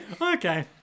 Okay